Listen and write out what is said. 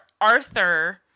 Arthur